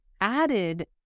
added